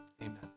amen